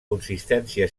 consistència